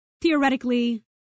theoretically